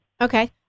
Okay